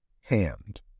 hand